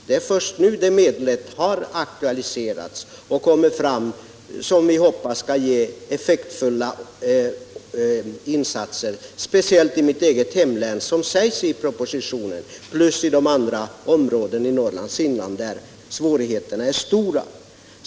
Det är först nu det medlet har aktualiserats och kommit fram och, som vi hoppas, skall ge effektfulla insatser speciellt i, som sägs i propositionen, mitt eget hemlän Norrbotten, plus i de andra områden i Norrlands inland där svårigheterna är stora.